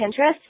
Pinterest